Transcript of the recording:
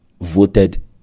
voted